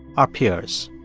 our peers.